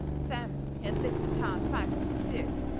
sam, he had lived in town five or six years,